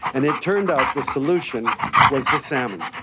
and it turned out the solution was the salmon.